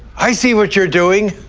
i see what you're doing!